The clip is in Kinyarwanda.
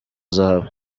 zahabu